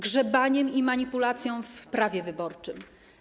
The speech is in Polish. Grzebaniem i manipulacją w prawie wyborczym.